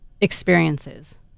experiences